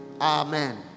Amen